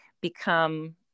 become